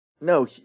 No